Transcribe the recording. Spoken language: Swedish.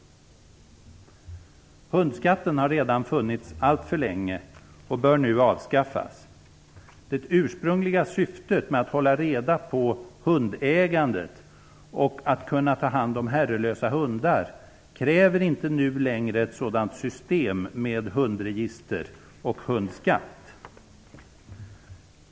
Hundskatten har redan funnits alltför länge och bör nu avskaffas. Det ursprungliga syftet att hålla reda på hundägandet och att kunna ta hand om herrelösa hundar kräver inte nu längre ett system med hundregister och hundskatt.